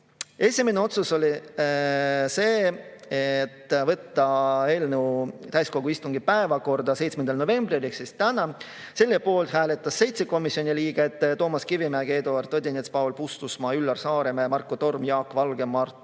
Esimene otsus oli see, et võtta eelnõu täiskogu istungi päevakorda 7. novembril ehk siis täna. Selle poolt hääletas 7 komisjoni liiget: Toomas Kivimägi, Eduard Odinets, Paul Puustusmaa, Üllar Saaremäe, Marko Torm, Jaak Valge ja